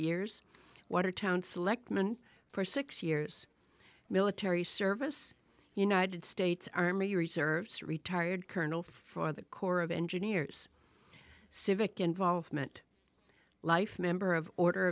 years watertown selectman for six years military service united states army reserves retired colonel for the corps of engineers civic involvement life member of order